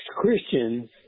Christians